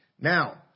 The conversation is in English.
Now